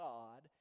God